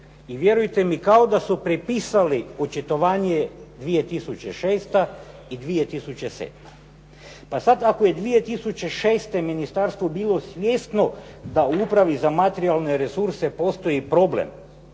i vjerujte mi kao da su prepisali očitovanje 2006. i 2007. Pa sad ako je 2006. ministarstvo bilo svjesno da u Upravi za materijalne resurse postoji problem